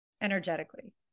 energetically